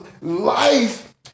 Life